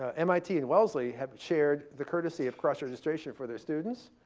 ah mit, and wellesley have shared the courtesy of cross registration for their students.